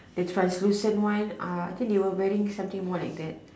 the translucent one uh I think there were wearing something more like that